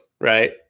right